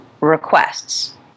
requests